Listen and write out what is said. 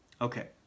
Okay